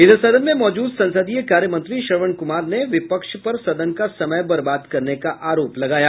इधर सदन में मौजूद संसदीय कार्य मंत्री श्रवण कुमार ने विपक्ष पर सदन का समय बर्बाद करने का आरोप लगाया